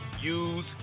use